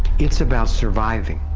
it's about surviving,